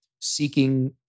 seeking